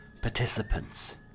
participants